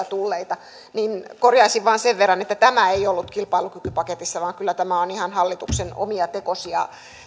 tulleita ja korjaisin vain sen verran että tämä ei ollut kilpailukykypaketissa vaan kyllä tämä on ihan hallituksen omia tekosia